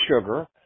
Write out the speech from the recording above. sugar